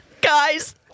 Guys